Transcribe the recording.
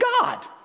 God